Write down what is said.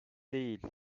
değil